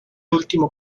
último